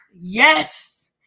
Yes